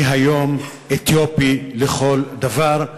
אני היום אתיופי לכל דבר,